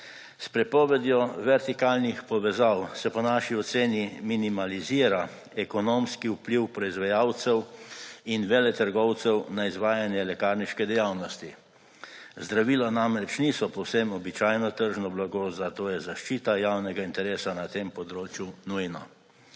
S prepovedjo vertikalnih povezav se po naši oceni minimalizira ekonomski vpliv proizvajalcev in veletrgovcev na izvajanje lekarniške dejavnosti. Zdravila namreč niso povsem običajno tržno blago, zato je zaščita javnega interesa na tem področju nujna.